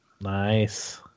Nice